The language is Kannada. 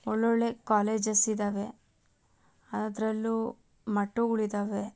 ಒಳ್ಳೊಳ್ಳೆಯ ಕಾಲೇಜಸ್ ಇದ್ದಾವೆ ಅದರಲ್ಲೂ ಮಠಗಳಿದಾವೆ